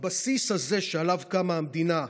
את הבסיס הזה שעליו קמה המדינה,